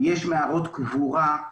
יש מערות קבורה.